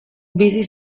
bizi